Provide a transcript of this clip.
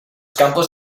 campos